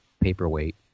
paperweight